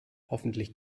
hoffentlich